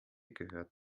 gehört